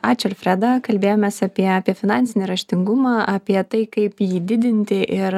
ačiū alfreda kalbėjomės apie apie finansinį raštingumą apie tai kaip jį didinti ir